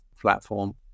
platform